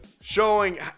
showing